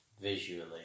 Visually